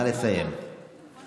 אני